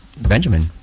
Benjamin